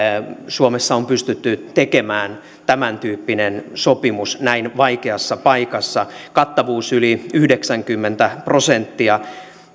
suomessa on pystytty tekemään tämäntyyppinen sopimus näin vaikeassa paikassa kattavuus yli yhdeksänkymmentä prosenttia